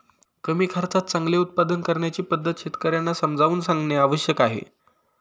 कमी खर्चात चांगले उत्पादन करण्याची पद्धत शेतकर्यांना समजावून सांगणे आवश्यक आहे